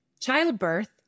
childbirth